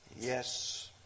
Yes